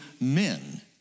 men